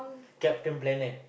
Captain-Planet